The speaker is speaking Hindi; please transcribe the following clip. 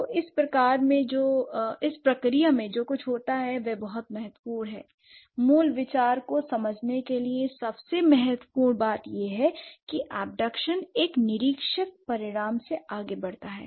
तो इस प्रक्रिया में जो कुछ होता है वह बहुत महत्वपूर्ण है मूल विचार को समझने के लिए सबसे महत्वपूर्ण बात यह है कि यह अबडकशन एक निरीक्षक परिणाम से आगे बढ़ता है